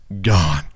gone